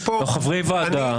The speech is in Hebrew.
אנחנו חברי ועדה,